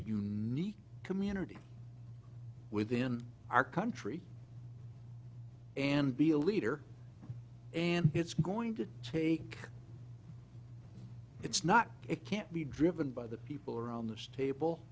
unique community within our country and be a leader and it's going to take it's not it can't be driven by the people around this table